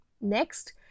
Next